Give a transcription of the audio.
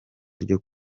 ryo